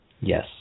Yes